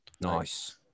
Nice